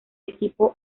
equipo